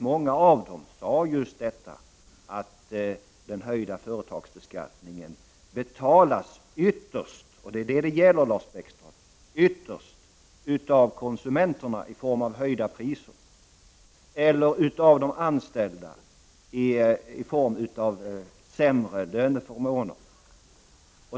Många av dem sade just att den höjda företagsbeskattningen betalas ytterst — det är det som det är fråga om, Lars Bäckström — av konsumenterna i form av höjda priser eller av de anställda i form av sämre löneförmåner.